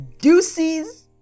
deuces